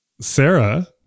Sarah